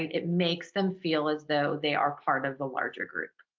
it makes them feel as though they are part of the larger group.